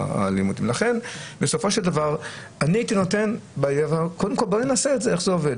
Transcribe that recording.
לכן בסופו של דבר הייתי מציע לנסות קודם כול איך זה עובד.